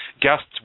Guests